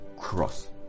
cross